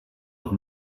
have